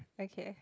okay